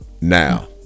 now